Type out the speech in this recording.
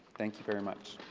thank you very much.